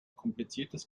kompliziertes